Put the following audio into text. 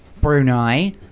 Brunei